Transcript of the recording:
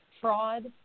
fraud